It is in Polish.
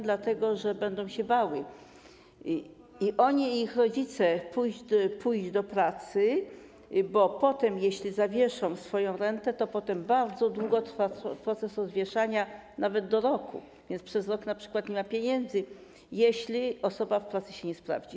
Dlatego, że będą się bały i oni, i ich rodzice pójść do pracy, bo jeśli zawieszą swoją rentę, to potem bardzo długo trwa proces odwieszania, nawet do roku, więc przez rok np. nie ma pieniędzy, jeśli osoba w pracy się nie sprawdzi.